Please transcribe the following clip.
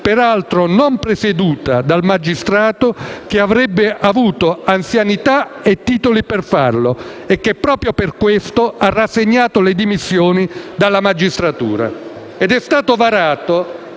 peraltro non presieduta dal magistrato che avrebbe avuto anzianità e titoli per farlo e che, proprio per questo, ha rassegnato le dimissioni dalla magistratura. È stato altresì